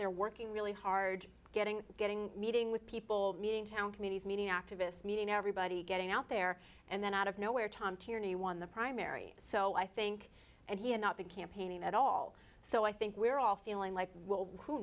there working really hard getting getting meeting with people meeting town committees meeting activists meeting everybody getting out there and then out of nowhere tom tierney won the primary so i think and he had not been campaigning at all so i think we're all feeling like one who